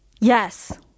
Yes